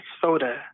soda